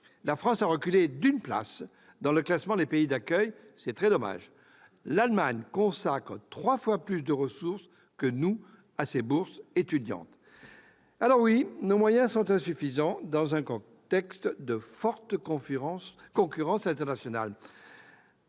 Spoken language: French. La France a reculé d'une place dans le classement des pays d'accueil ; c'est très dommage. L'Allemagne consacre trois fois plus de ressources que nous à ses bourses étudiantes. Oui, nos moyens sont insuffisants, dans un contexte de forte concurrence internationale.